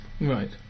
Right